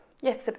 yes